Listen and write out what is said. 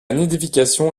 nidification